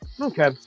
okay